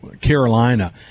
Carolina